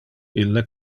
ille